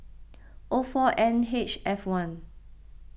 O four N H F one